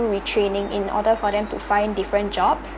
retraining in order for them to find different jobs